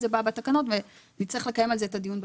זה בתקנות ונצטרך לקיים על זה את הדיון בתקנות.